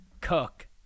Cook